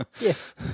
Yes